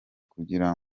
kugira